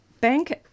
bank